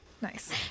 Nice